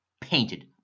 painted